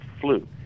flu